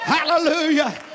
Hallelujah